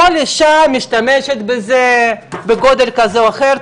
כל אישה משתמשת בזה בגודל כזה או אחר,